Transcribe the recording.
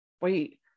wait